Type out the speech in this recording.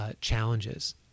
Challenges